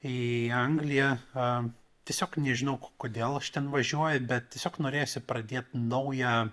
į angliją a tiesiog nežinau k kodėl aš ten važiuoju bet tiesiog norėjosi pradėt naują